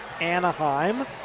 anaheim